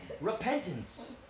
Repentance